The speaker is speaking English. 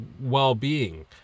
well-being